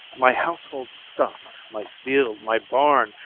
my household stuff, my field, my barn,